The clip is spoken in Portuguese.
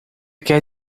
quer